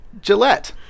Gillette